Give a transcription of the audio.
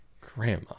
grandma